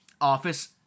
Office